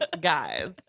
guys